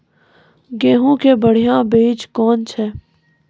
गेहूँ के बढ़िया बीज कौन छ?